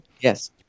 Yes